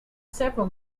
several